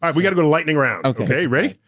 um we gotta go to lightning round. okay, ready?